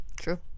true